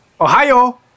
Ohio